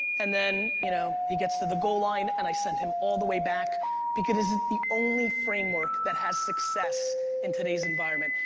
and then you know he gets to the goal line and i send him all the way back because this is the only framework that has success in today's environment,